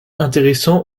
intéressant